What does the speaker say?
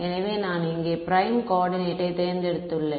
எனவே இங்கே நான் ப்ரைம் கோஆர்டினேட் யை தேர்ந்தெடுத்துள்ளேன்